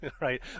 Right